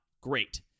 great